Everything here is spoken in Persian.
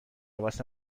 واسه